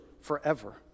forever